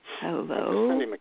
Hello